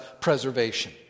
preservation